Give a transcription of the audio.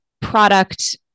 product